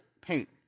paint